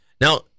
Now